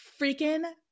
freaking